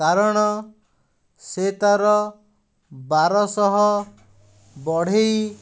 କାରଣ ସେ ତା'ର ବାରଶହ ବଢ଼େଇ